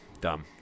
Dumb